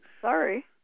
Sorry